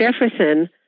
Jefferson